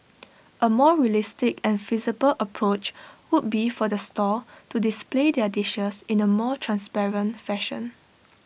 A more realistic and feasible approach would be for the stall to display their dishes in A more transparent fashion